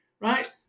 Right